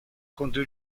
contro